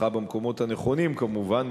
צמיחה במקומות הנכונים כמובן,